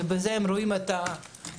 ובו הם רואים את האחראי,